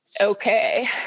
okay